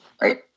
right